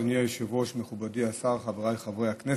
אדוני היושב-ראש, מכובדי השר, חבריי חברי הכנסת,